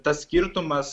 tas skirtumas